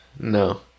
No